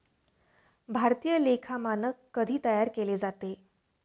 भारतीय लेखा मानक कधी तयार केले जाते?